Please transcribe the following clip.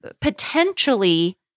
potentially